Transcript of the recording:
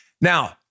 Now